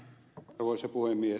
arvoisa puhemies